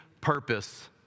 purpose